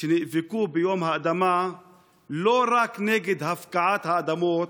שנאבקו ביום האדמה לא רק נגד הפקעת האדמות,